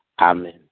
Amen